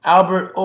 Albert